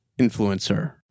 influencer